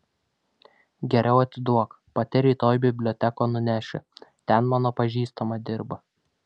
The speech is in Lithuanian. geriau atiduok pati rytoj bibliotekon nunešiu ten mano pažįstama dirba